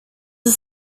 ist